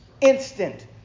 Instant